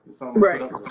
Right